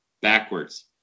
backwards